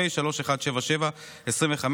פ/3177/25,